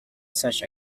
such